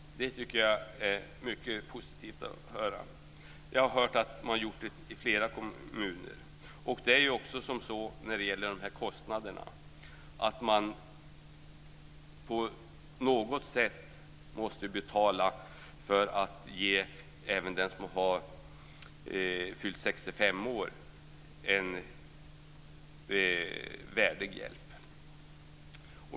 Jag tycker att det är mycket positivt att höra det. Jag har hört att man har gjort det i flera kommuner. Det är också så när det gäller de här kostnaderna att man på något sätt måste betala för att ge även den som har fyllt 65 år en värdig hjälp.